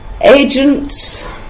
Agents